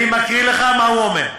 אני מקריא לך מה הוא אומר: